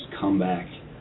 comeback